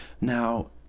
Now